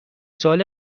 سوال